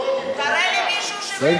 כבודו במקומו, תראה לי מישהו, מזויף.